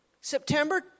September